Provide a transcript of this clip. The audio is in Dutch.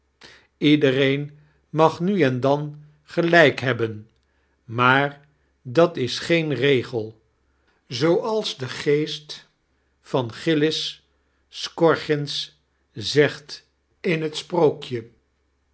ledereen mag nu en dan gelijk hebben maar dat is geen regel zooals de geest van gilis scroggins zegt in het sprookje